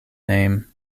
name